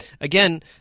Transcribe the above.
again